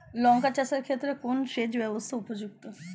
লঙ্কা চাষের ক্ষেত্রে কোন সেচব্যবস্থা উপযুক্ত?